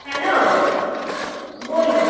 hello বলুন